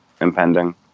impending